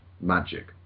magic